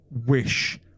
wish